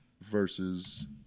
versus